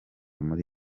muri